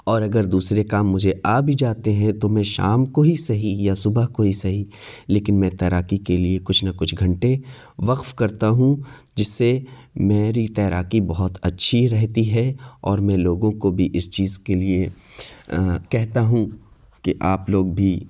اور اگر دوسرے کام مجھے آ بھی جاتے ہیں تو میں شام کو ہی سہی یا صبح کو ہی سہی لیکن میں تیراکی کے لیے کچھ نہ کچھ گھنٹے وقف کرتا ہوں جس سے میری تیراکی بہت اچھی رہتی ہے اور میں لوگوں کو بھی اس چیز کے لیے کہتا ہوں کہ آپ لوگ بھی